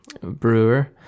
brewer